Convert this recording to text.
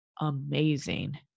amazing